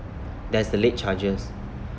there's the late charges